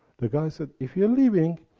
the guy said, if you are leaving,